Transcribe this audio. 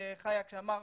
חאיק שאמר